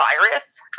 virus